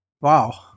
Wow